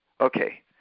okay